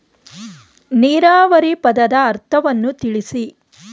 ನೀರಾವರಿ ಪದದ ಅರ್ಥವನ್ನು ತಿಳಿಸಿ?